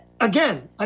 Again